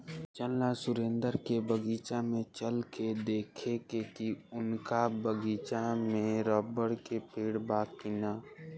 चल ना सुरेंद्र के बगीचा में चल के देखेके की उनका बगीचा में रबड़ के पेड़ बा की ना